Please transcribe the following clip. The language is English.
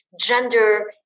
gender